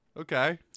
Okay